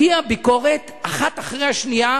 הגיעו ביקורות, האחת אחרי השנייה,